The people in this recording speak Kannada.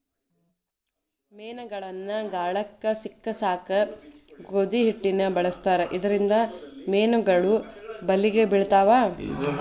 ಮೇನಗಳನ್ನ ಗಾಳಕ್ಕ ಸಿಕ್ಕಸಾಕ ಗೋಧಿ ಹಿಟ್ಟನ ಬಳಸ್ತಾರ ಇದರಿಂದ ಮೇನುಗಳು ಬಲಿಗೆ ಬಿಳ್ತಾವ